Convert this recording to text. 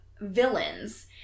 villains